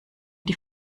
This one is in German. die